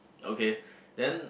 okay then